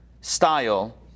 style